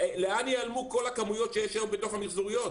ולאן ייעלמו כל הכמויות שיש היום במיחזוריות?